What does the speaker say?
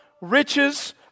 riches